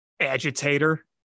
agitator